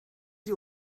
sie